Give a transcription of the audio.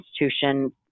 institution